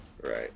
Right